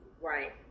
Right